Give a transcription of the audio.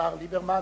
והשר ליברמן